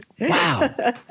Wow